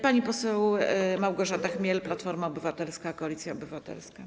pani poseł Małgorzata Chmiel, Platforma Obywatelska - Koalicja Obywatelska.